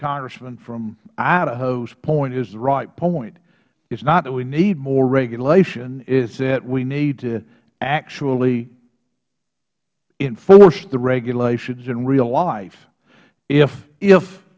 congressman from idaho's point is the right point it's not that we need more regulation it's that we need to actually enforce the regulations in real life if